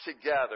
together